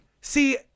See